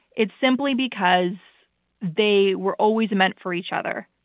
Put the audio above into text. it's simply because they were always meant for each other.